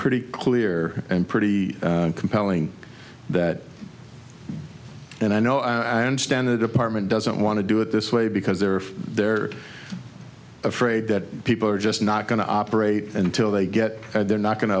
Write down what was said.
pretty clear and pretty compelling that and i know i understand the department doesn't want to do it this way because there are they're afraid that people are just not going to operate until they get they're not going to